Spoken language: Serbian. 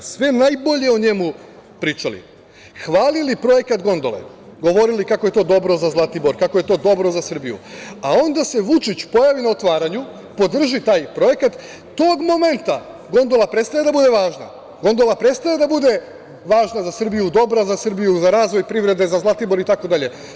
Sve najbolje o njemu pričali, hvalili projekat gondole, govorili kako je to dobro za Zlatibor, kako je to dobro za Srbiju, a onda se Vučić pojavi na otvaranju, podrži taj projekat i tog momenta gondola prestaje da bude važna, gondola prestaje da bude važna za Srbiju, dobra za Srbiju, za razvoj privrede za Zlatibor itd.